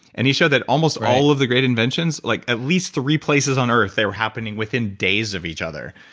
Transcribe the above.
and he showed that almost all of the great inventions, like at least three places on earth they were happening within days of each other.